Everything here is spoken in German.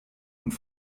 und